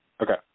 Okay